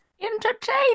Entertain